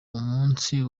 umunsi